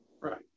Right